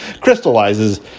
crystallizes